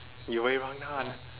you